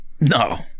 No